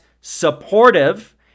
supportive